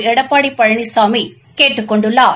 எடப்பாடி பழனிசாமி கேட்டுக் கொண்டுள்ளார்